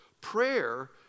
prayer